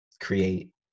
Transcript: create